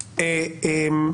- ואגב,